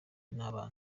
n’abana